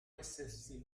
essersi